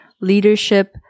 leadership